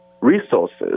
resources